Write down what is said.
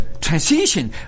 transition